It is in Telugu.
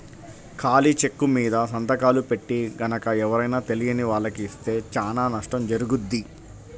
ఖాళీ చెక్కుమీద సంతకాలు పెట్టి గనక ఎవరైనా తెలియని వాళ్లకి ఇస్తే చానా నష్టం జరుగుద్ది